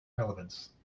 relevance